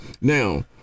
Now